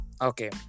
Okay